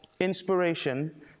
inspiration